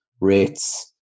rates